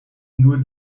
nur